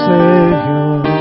Savior